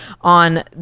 on